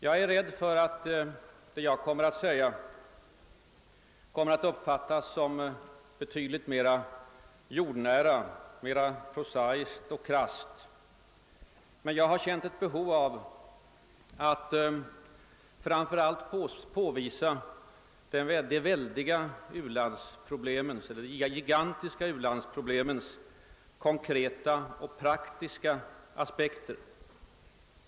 Jag är rädd för att vad jag själv har att säga kommer att uppfattas som betydligt mer jordnära, mer prosaiskt och krasst, men jag har känt ett behov av att framför allt påvisa de gigantiska u-landsproblemens konkreta och praktiska aspekter.